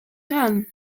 kann